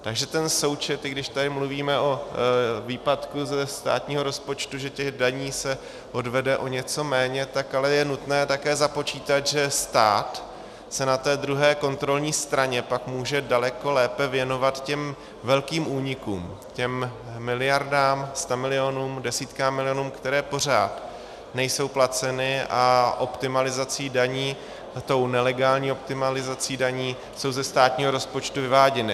Takže ten součet, i když tady mluvíme o výpadku ze státního rozpočtu, že těch daní se odvede o něco méně, tak ale je nutné také započítat, že stát se na té druhé kontrolní straně pak může daleko lépe věnovat těm velkým únikům, těm miliardám, stamilionům, desítkám milionů, které pořád nejsou placeny a optimalizací daní, tou nelegální optimalizací daní, jsou ze státního rozpočtu vyváděny.